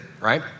right